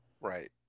Right